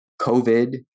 COVID